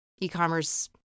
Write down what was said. e-commerce